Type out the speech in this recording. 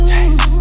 Taste